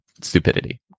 stupidity